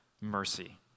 mercy